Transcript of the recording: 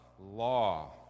law